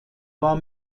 war